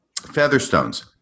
Featherstone's